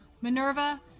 Minerva